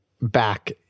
back